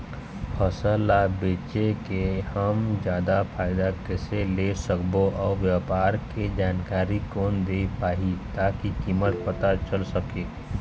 फसल ला बेचे के हम जादा फायदा कैसे ले सकबो अउ व्यापार के जानकारी कोन दे पाही ताकि कीमत पता चल सके?